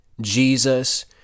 Jesus